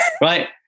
Right